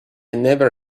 never